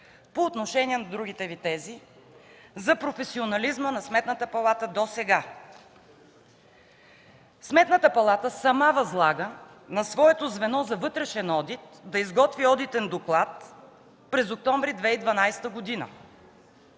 По отношение на другите Ви тези – за професионализма на Сметната палата досега. Сметната палата сама възлага на своето звено за вътрешен одит да изготви одитен доклад през октомври 2012 г.